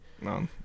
No